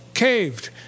Caved